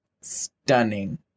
stunning